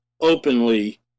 openly